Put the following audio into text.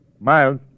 Miles